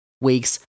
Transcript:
weeks